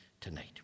tonight